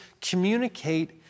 communicate